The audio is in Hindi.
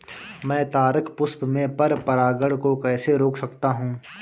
मैं तारक पुष्प में पर परागण को कैसे रोक सकता हूँ?